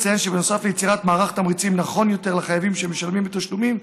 אציין שבנוסף ליצירת מערך תמריצים נכון יותר לחייבים שמשלמים בתשלומים,